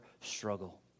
struggle